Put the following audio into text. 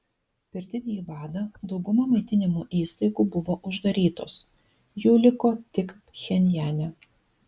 per didįjį badą dauguma maitinimo įstaigų buvo uždarytos jų liko tik pchenjane